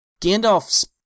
Gandalf